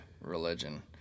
religion